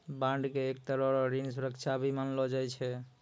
bond के एक तरह रो ऋण सुरक्षा भी मानलो जाय छै